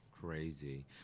Crazy